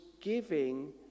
giving